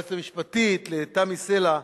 ליועצת המשפטית, לתמי סלע.